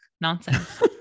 nonsense